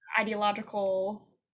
ideological